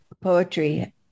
Poetry